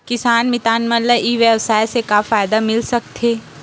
किसान मितान मन ला ई व्यवसाय से का फ़ायदा मिल सकथे?